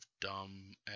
dumb